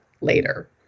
later